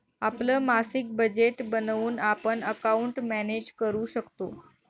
आपलं मासिक बजेट बनवून आपण अकाउंट मॅनेज करू शकतो